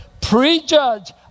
prejudge